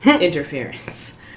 interference